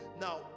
Now